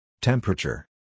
Temperature